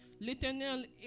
L'éternel